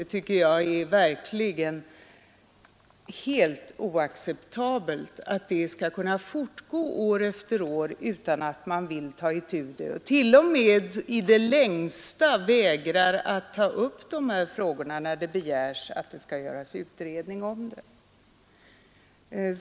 Jag tycker det är helt oacceptabelt att detta fortgår år efter år utan att man tar itu med det och t.o.m. i det längsta vägrar att ta upp de här frågorna när det begärs utredning.